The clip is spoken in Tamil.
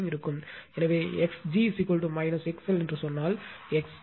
எனவே x g XL என்று சொன்னால் x g XL 0